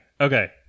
Okay